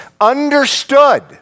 understood